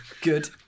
Good